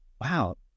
wow